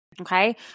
Okay